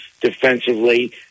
defensively